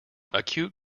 acute